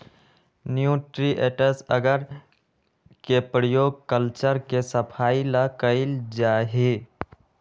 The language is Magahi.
न्यूट्रिएंट्स अगर के प्रयोग कल्चर के सफाई ला कइल जाहई